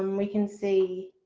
um we can see,